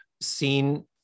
seen